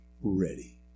ready